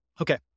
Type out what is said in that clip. Okay